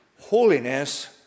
holiness